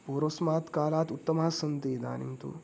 पूर्वस्मात् कालात् उत्तमाः सन्ति इदानीं तु